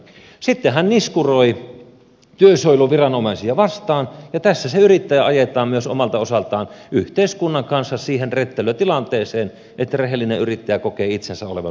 sitten hän niskuroi työsuojeluviranomaisia vastaan ja tässä se yrittäjä ajetaan myös omalta osaltaan yhteiskunnan kanssa siihen rettelötilanteeseen että rehellinen yrittäjä kokee olevansa suorastaan rikollinen